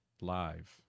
live